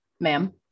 ma'am